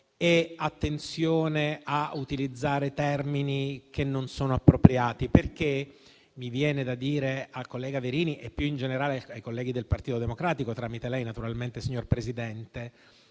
attenzione a utilizzare termini che non sono appropriati. Mi viene da dire al collega Verini, e più in generale ai colleghi del Partito Democratico, tramite lei naturalmente, signor Presidente,